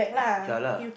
ya lah